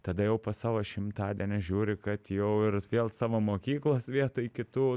tada jau po savo šimtadienio žiūri kad jau ir vėl savo mokyklos vietoj kitų